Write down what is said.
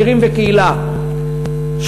צעירים וקהילה,